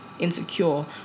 Insecure